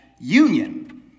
union